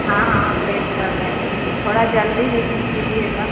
ہاں ہاں ہم ویٹ کر لیں گے تھوڑا جلدی لیکن کیجیے گا